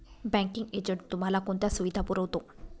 Banking agent तुम्हाला कोणत्या सुविधा पुरवतो?